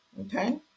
okay